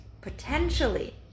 Potentially